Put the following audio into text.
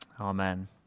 Amen